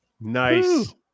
Nice